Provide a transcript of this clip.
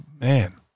man